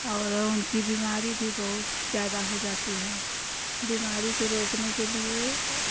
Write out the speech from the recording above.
और उनकी बीमारी भी बहुत ज्यादा हो जाती है बीमारी को रोकने के लिए